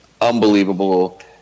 unbelievable